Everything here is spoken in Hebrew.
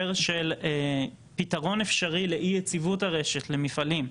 של פתרון אפשרי לאי יציבות הרשת למפעלים.